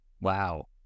Wow